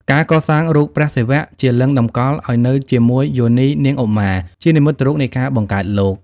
ការកសាងរូបព្រះសិវៈ ជាលិង្គតម្កល់ឱ្យនៅជាមួយយោនីនាងឧមា ជានិមិត្តរូបនៃការបង្កើតលោក។